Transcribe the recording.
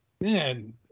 Man